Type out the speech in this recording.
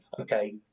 okay